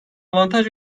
avantaj